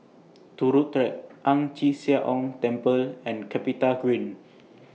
Turut Track Ang Chee Sia Ong Temple and Capitagreen